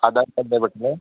आदार कार्ड जाय पडटलें